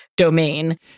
Domain